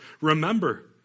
remember